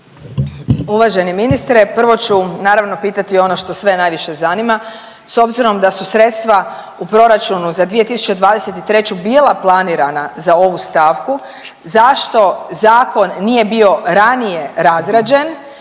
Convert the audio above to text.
Uvaženi ministre, prvo ću naravno pitati ono što sve najviše zanima. S obzirom da su sredstva u proračunu za 2023. bila planirana za ovu stavku zašto zakon nije bio ranije razrađen,